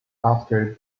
after